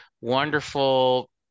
wonderful